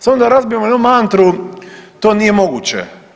Samo da razbijemo jednu mantru, to nije moguće.